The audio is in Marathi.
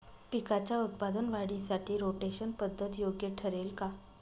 पिकाच्या उत्पादन वाढीसाठी रोटेशन पद्धत योग्य ठरेल का?